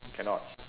cannot